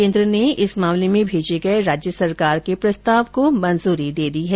केन्द्र ने इस मामले में भेजे गये राज्य सरकार के प्रस्ताव को मंजूरी दे दी है